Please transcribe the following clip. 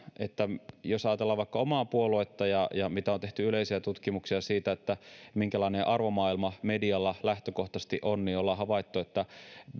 jos ajatellaan vaikka omaa puoluettani ja sitä mitä on tehty yleisiä tutkimuksia siitä minkälainen arvomaailma medialla lähtökohtaisesti on niin olemme havainneet että